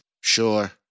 Sure